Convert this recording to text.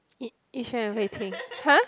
Yi-Xuan and Hui-Ting !huh!